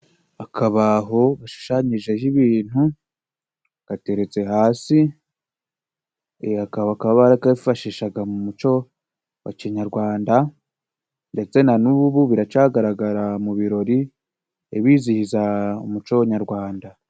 Akabaho gashushanyije ibintu gateretse hasi, aka bakaba barakifashishaga mu muco wa kinyarwanda ndetse na n'ubu biracagaragara mu birori bizihiza umuco nyarwanda.